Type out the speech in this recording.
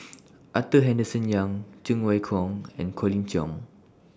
Arthur Henderson Young Cheng Wai Keung and Colin Cheong